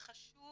וחשוב